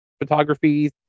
photography